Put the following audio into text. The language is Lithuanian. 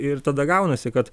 ir tada gaunasi kad